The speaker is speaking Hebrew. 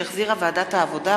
שהחזירה ועדת העבודה,